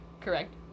correct